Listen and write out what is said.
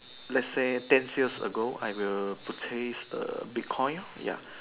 let's say ten years ago I will purchase the big coin ya